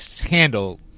handle